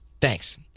Thanks